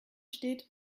steht